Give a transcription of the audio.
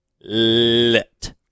lit